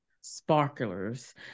sparklers